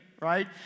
right